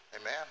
Amen